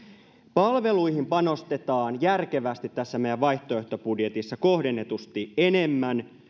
palveluihin panostetaan järkevästi tässä meidän vaihtoehtobudjetissa kohdennetusti enemmän